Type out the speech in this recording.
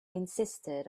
insisted